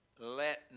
Let